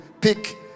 pick